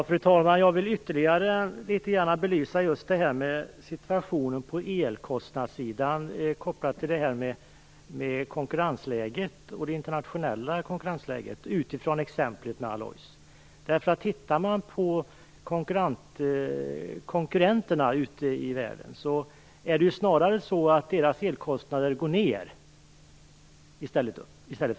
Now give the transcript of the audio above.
Fru talman! Jag vill ytterligare litet grand belysa situationen på elkostnadssidan, kopplat till det internationella konkurrensläget utifrån exemplet med Alloys. När det gäller konkurrenterna ute i världen är det snarare så att deras elkostnader minskar i stället för att öka.